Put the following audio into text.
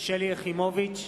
שלי יחימוביץ,